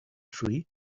tree